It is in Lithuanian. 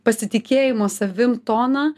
pasitikėjimo savim toną